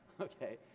okay